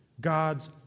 God's